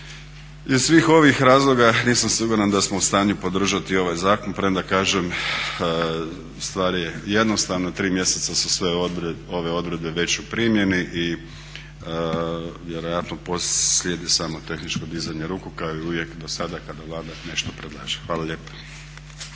Iz svih ovih razloga nisam siguran da smo u stanju podržati ovaj zakon, premda kažem stvar je jednostavna, tri mjeseca su sve ove odredbe već u primjeni i vjerojatno slijedi samo tehničko dizanje ruku kao i uvijek dosada kada Vlada nešto predlaže. Hvala lijepa.